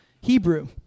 Hebrew